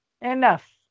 Enough